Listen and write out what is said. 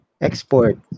export